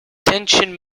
tension